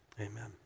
Amen